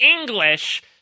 English